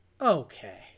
Okay